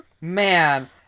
Man